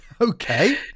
Okay